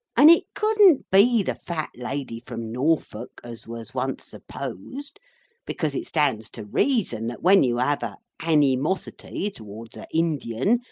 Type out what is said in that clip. and it couldn't be the fat lady from norfolk, as was once supposed because it stands to reason that when you have a animosity towards a indian,